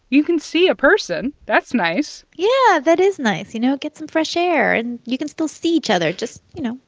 you can see a person. that's nice yeah. that is nice. you know, get some fresh air, and you can still see each other. just, you know,